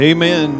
Amen